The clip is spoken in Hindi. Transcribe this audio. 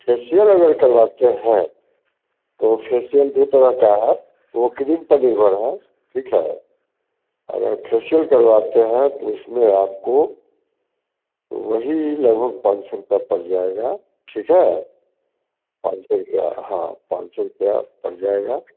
फेशियल अगर करवाते हैं तो फेसियल दो तरह का है वह क्रीम पर निर्भर है ठीक है अगर फेशियाल करवाते हैं तो उसमें आपको वही लगभग पाँच सौ रुपये पड़ जाएगा ठीक है पाँच सौ रुपये हाँ पाँच सौ रुपये पड़ जाएगा